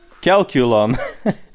calculon